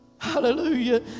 Hallelujah